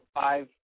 five